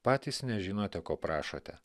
patys nežinote ko prašote